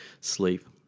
sleep